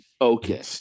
Okay